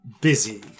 busy